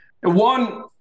One